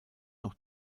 noch